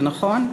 זה נכון?